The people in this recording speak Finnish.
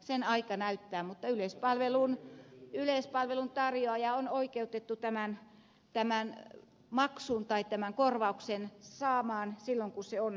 sen aika näyttää mutta yleispalvelun tarjoaja on oikeutettu tämän maksun tai korvauksen saamaan silloin kun se on ajankohtainen